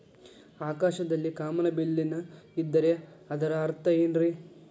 ಆಕಾಶದಲ್ಲಿ ಕಾಮನಬಿಲ್ಲಿನ ಇದ್ದರೆ ಅದರ ಅರ್ಥ ಏನ್ ರಿ?